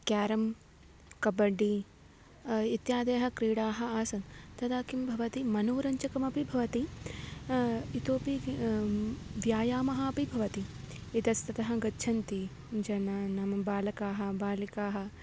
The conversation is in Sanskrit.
क्यारं कबड्डि इत्यादयः क्रीडाः आसन् तदा किं भवति मनोरञ्जकमपि भवति इतोऽपि व्यायामः अपि भवति इतस्ततः गच्छन्ति जनानां बालकाः बालिकाः